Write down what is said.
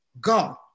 God